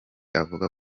avuga